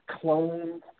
clone